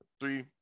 three